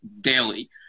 daily